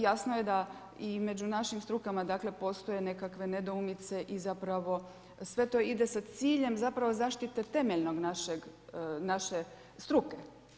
Jasno je da i među našim strukama dakle, postoje nekakve nedoumice i zapravo sve to ide sa ciljem zapravo zaštite temeljne naše struke.